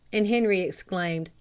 and henri exclaimed,